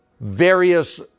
various